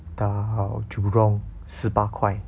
到 jurong 十八块